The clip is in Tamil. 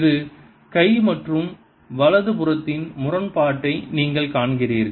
இடது கை மற்றும் வலது புறத்தின் முரண்பாட்டை நீங்கள் காண்கிறீர்கள்